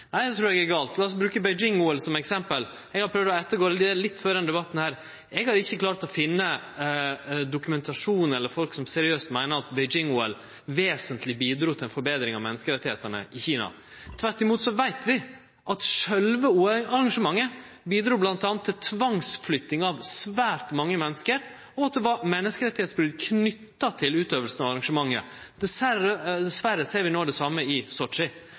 trur eg er gale. Lat oss bruke Beijing-OL som eksempel. Eg har prøvd å sjå litt på dette før denne debatten. Eg har ikkje klart å finne dokumentasjon på eller folk som seriøst meiner at Beijing-OL bidrog vesentleg til ei forbetring av menneskerettane i Kina. Tvert imot veit vi at sjølve OL-arrangementet bidrog til bl.a. tvangsflytting av svært mange menneske, og at det var menneskerettsbrot knytte til gjennomføringa av arrangementet. Dessverre ser vi no det same i